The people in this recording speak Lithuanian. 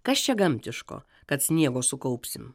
kas čia gamtiško kad sniego sukaupsim